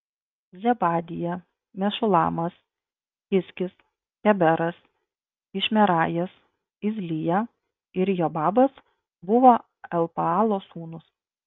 zebadija mešulamas hizkis heberas išmerajas izlija ir jobabas buvo elpaalo sūnūs